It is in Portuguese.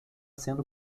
sendo